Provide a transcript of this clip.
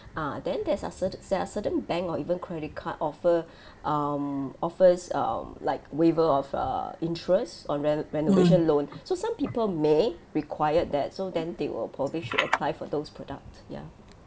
ah then that's a cer~ there are certain bank or even credit card offer um offers um like waiver of err interest on re~ renovation loan so some people may required that so then they will probably should apply for those product ya